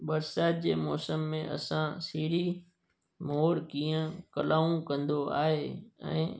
बरसाति जे मौसमु में असां सीढ़ी मोर कीअं कलाऊं कंदो आहे ऐं